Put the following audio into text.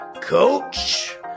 Coach